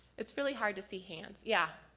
it's really hard to see hands. yeah?